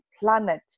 Planet